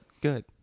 Good